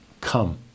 come